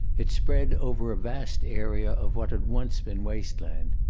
it spread over a vast area of what had once been waste land.